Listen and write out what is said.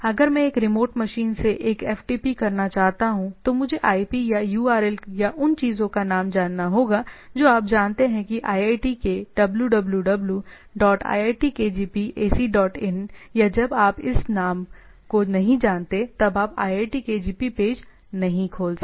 अगर मैं एक रिमोट मशीन से एक FTP करना चाहता हूं तो मुझे आईपी या यूआरएल या उन चीजों का नाम जानना होगा जो आप जानते हैं कि iiitk www dot iitkgp ac dot in या जब तक आप इस नाम को नहीं जानते तब तक आप iitkgp पेज नहीं खोज सकते